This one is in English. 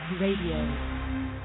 Radio